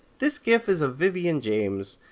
this gif is of vivian james,